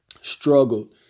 struggled –